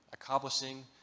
accomplishing